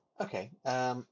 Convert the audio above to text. Okay